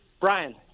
brian